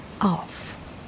off